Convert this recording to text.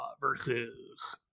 versus